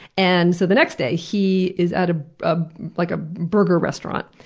and so the next day he is at a ah like ah burger restaurant,